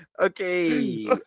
Okay